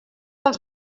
els